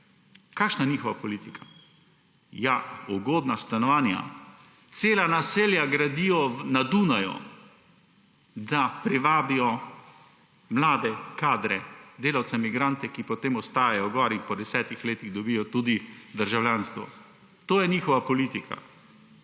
Kakšna je njihova politika? Ugodna stanovanja. Cela naselja gradijo na Dunaju, da privabijo mlade kadre, delavce migrante, ki potem ostajajo gor in po 10 letih dobijo tudi državljanstvo. To je njihova politika,